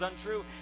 untrue